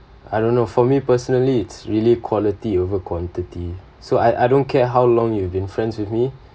I don't know for me personally it's really quality over quantity so I I don't care how long you've been friends with me